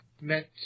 meant